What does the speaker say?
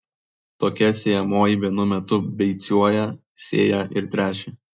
tokia sėjamoji vienu metu beicuoja sėja ir tręšia